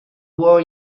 war